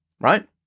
right